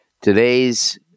Today's